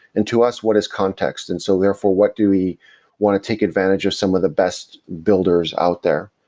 and to us, what is context? and so therefore, what do we want to take advantage of some of the best builders out there?